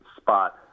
spot